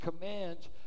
commands